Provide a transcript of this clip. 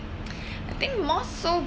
I think more so